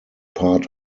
part